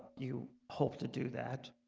you hope to do that,